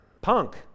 punk